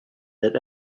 that